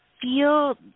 feel